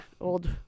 old